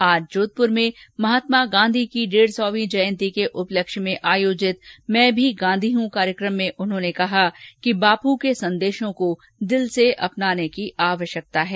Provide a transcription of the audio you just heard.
आज जोधप्र में महात्मा गांधी की डेढ़सौवीं जयंती के उपलक्ष्य में आयोजित मैं भी गांधी हूं कार्यक्रम में उन्होंने कहा कि बापू के संदेशों को दिल से अपनाने की आवश्यकता है